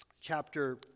chapter